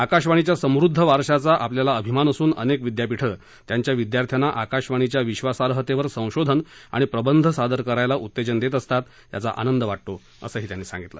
आकाशवाणीच्या समृद्ध वारशाचा आपल्याला अभिमान असून अनेक विद्यापीठं त्यांच्या विद्यार्थ्यांना आकाशवाणीच्या विश्वासार्हतेवर संशोधन आणि प्रबंध सादर करायला उत्तेजन देत असतात याचा आनंद वाटतो असं त्यांनी सांगितलं